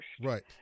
Right